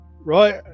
right